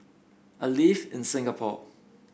I live in Singapore